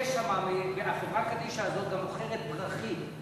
אבל אם החברה קדישא הזאת גם מוכרת פרחים,